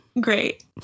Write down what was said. Great